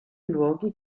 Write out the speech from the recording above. luoghi